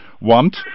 want